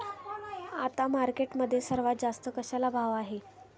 आता मार्केटमध्ये सर्वात जास्त कशाला भाव आहे?